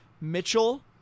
Mitchell